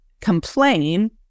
complain